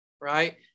right